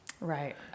Right